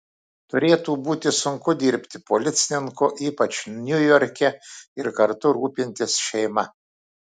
turėtų būti sunku dirbti policininku ypač niujorke ir kartu rūpintis šeima